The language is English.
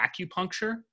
acupuncture